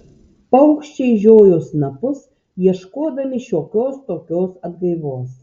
paukščiai žiojo snapus ieškodami šiokios tokios atgaivos